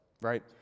right